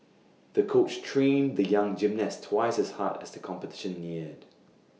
the coach trained the young gymnast twice as hard as the competition neared